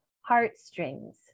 Heartstrings